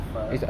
fuck